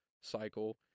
cycle